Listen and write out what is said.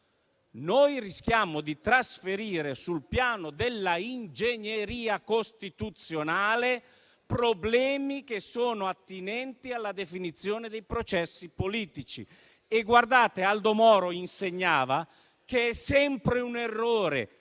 noi rischiamo di trasferire sul piano dell'ingegneria costituzionale problemi che sono attinenti alla definizione dei processi politici. Aldo Moro insegnava che è sempre un errore